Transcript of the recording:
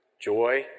joy